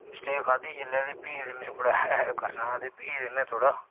mistake खाद्धी जेल्लै ते फ्ही ते में थोह्ड़ा करना हां फ्ही ते में थोहड़ा